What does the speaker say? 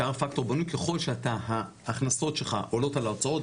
ככל שההכנסות שלך עולות על ההוצאות,